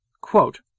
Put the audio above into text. Quote